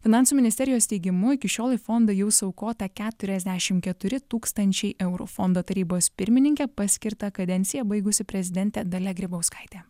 finansų ministerijos teigimu iki šiol į fondą jau suaukota keturiasdešim keturi tūkstančiai eurų fondo tarybos pirmininke paskirta kadenciją baigusi prezidentė dalia grybauskaitė